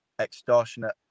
extortionate